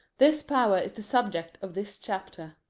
this power is the subject of this chapter.